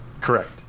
Correct